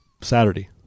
Saturday